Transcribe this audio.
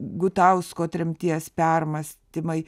gutausko tremties permąstymai